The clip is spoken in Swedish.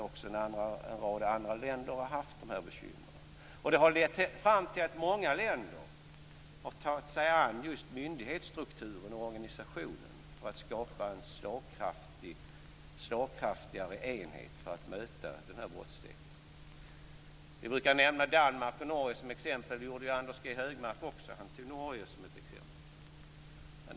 Även en rad andra länder har haft dessa bekymmer. Det har lett till att många länder har tagit sig an myndighetsstrukturen och organisationen för att skapa en slagkraftigare enhet att möta brottsligheten. Vi brukar nämna Danmark och Norge som exempel. Anders G Högmark tog Norge som exempel.